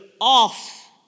off